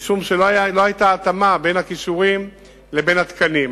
משום שלא היתה התאמה בין הכישורים לבין התקנים.